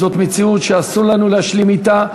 זאת מציאות שאסור לנו להשלים אתה.